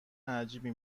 عجیبی